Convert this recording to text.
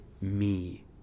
me